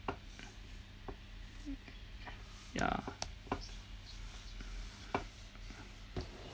ya